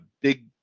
big